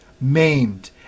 maimed